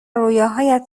رویاهایت